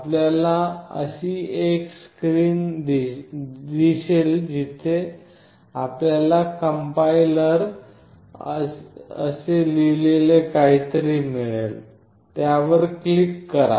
आपल्याला अशी एक स्क्रीन दिसेल जिथे आपल्याला कंपाईलर असे लिहिलेले काहीतरी मिळेल त्यावर क्लिक करा